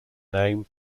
name